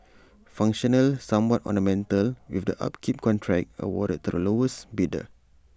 functional somewhat ornamental with the upkeep contract awarded to the lowest bidder